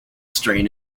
strain